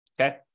Okay